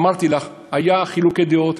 אמרתי לך שהיו חילוקי דעות.